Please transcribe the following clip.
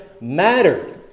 mattered